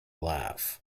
laugh